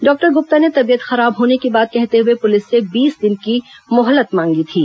doctor Gupta ने तबीयत खराब होने की बात कहते हुए पुलिस से बीस दिन की मोहलत मांगी थी